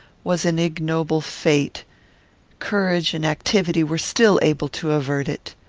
was an ignoble fate courage and activity were still able to avert it.